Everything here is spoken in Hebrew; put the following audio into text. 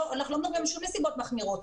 אנחנו לא מדברים על שום נסיבות מחמירות.